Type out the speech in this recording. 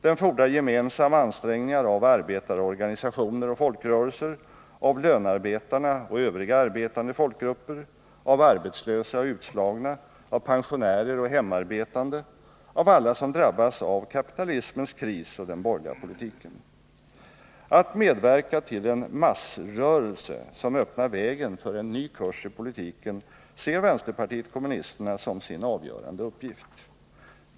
Den fordrar gemensamma ansträngningar av arbetarorganisationer och folkrörelser, av lönarbetarna och övriga arbetande folkgrupper, av arbetslösa och utslagna, av pensionärer och hemarbetande, av alla som drabbas av kapitalismens kris och den borgerliga politiken. Att medverka till en massrörelse som öppnar vägen för en ny kurs i politiken ser vänsterpartiet kommunisterna som sin avgörande uppgift.